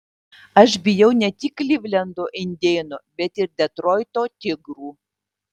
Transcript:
aš bijau ne tik klivlendo indėnų bet ir detroito tigrų